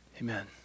Amen